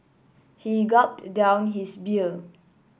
he gulped down his beer